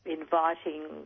inviting